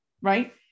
right